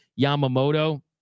Yamamoto